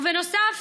ובנוסף,